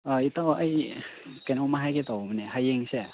ꯑꯥ ꯏꯇꯥꯎ ꯑꯩ ꯀꯔꯤꯅꯣꯝꯃ ꯍꯥꯏꯒꯦ ꯇꯧꯕꯅꯦ ꯍꯌꯦꯡꯁꯦ